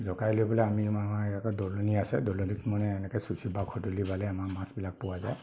জকাই লৈ পেলাই আমি আমাৰ ইয়াতে দলনি আছে দলনিত মানে এনেকৈ চুচি বা খুদলি বালে আমাৰ মাছবিলাক পোৱা যায়